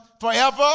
forever